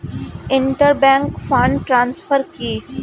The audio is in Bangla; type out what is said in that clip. ইন্টার ব্যাংক ফান্ড ট্রান্সফার কি?